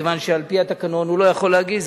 מכיוון שעל-פי התקנון הוא לא יכול להגיש,